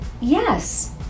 Yes